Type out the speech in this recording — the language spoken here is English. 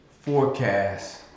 forecast